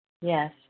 yes